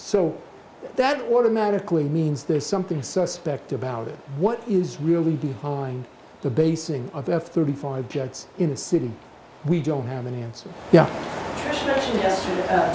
so that automatically means there's something suspect about it what is really behind the basing of f thirty five jets in a city we don't have an